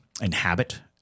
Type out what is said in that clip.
inhabit –